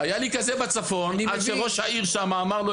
היה לי כזה בצפון עד שראש העיר אמר לו,